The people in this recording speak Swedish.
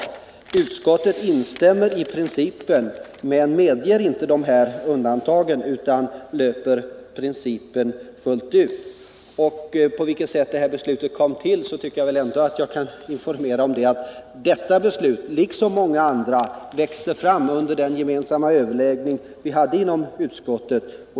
Utskottet instämmer i principen men medger inte undantag utan löper linan fullt ut. När det gäller frågan på vilket sätt det här beslutet kom till tycker jag att jag kan informera om att detta beslut liksom många andra växte fram under den gemensamma överläggningen i utskottet.